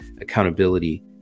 accountability